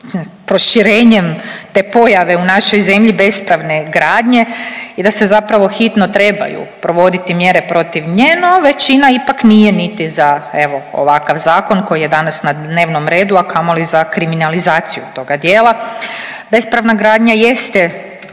te pojave u našoj zemlji bespravne gradnje i da se zapravo hitno trebaju provoditi mjere protiv nje, no većina ipak nije niti za evo ovakav zakon koji je danas na dnevnom redu, a kamoli za kriminalizaciju toga dijela. Bespravna gradnja jeste